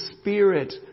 Spirit